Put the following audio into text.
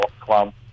club